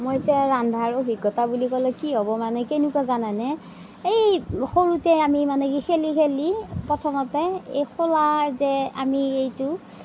মই এতিয়া ৰন্ধাৰ অভিজ্ঞতা বুলি ক'লে কি হ'ব কেনেকুৱা জানেনে এই সৰুতে আমি মানে কি খেলি খেলি প্ৰথমতে এই খোলা যে আমি এইটো